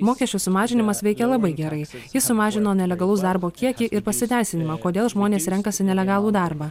mokesčių sumažinimas veikia labai gerai jis sumažino nelegalaus darbo kiekį ir pasiteisinimą kodėl žmonės renkasi nelegalų darbą